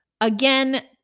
Again